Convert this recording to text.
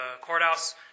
courthouse